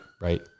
Right